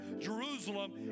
Jerusalem